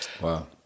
Wow